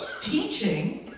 teaching